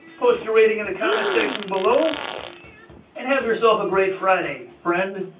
post a rating in the comment section below and have yourself a great friday, friend!